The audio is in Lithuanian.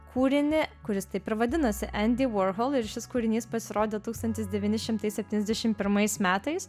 kūrinį kuris taip ir vadinasi andy warhol ir šis kūrinys pasirodė tūkstantis devyni šimtai septyniasdešimt pirmais metais